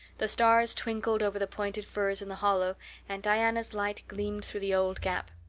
the stars twinkled over the pointed firs in the hollow and diana's light gleamed through the old gap.